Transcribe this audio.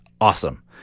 awesome